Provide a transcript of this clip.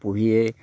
পুহিয়ে